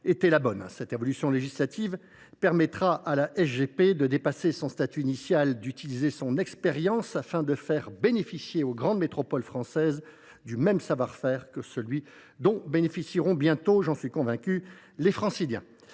Cette évolution législative permettra à la SGP de dépasser son statut initial, d’utiliser son expérience, afin que les grandes métropoles françaises bénéficient du même savoir faire que celui dont bénéficieront bientôt – j’en suis convaincu – les Franciliens.